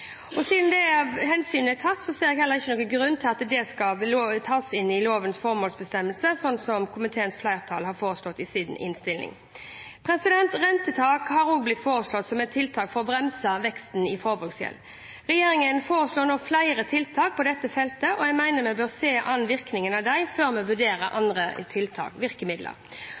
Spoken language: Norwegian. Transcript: forslagene. Siden dette hensynet er ivaretatt, ser jeg ikke noen grunn til å ta inn dette i lovens formålsbestemmelse, slik komiteens mindretall foreslår. Rentetak har også blitt foreslått som et tiltak for å bremse veksten i forbruksgjeld. Regjeringen foreslår nå flere tiltak på dette feltet, og jeg mener at vi bør se an virkningen av disse før vi vurderer andre virkemidler.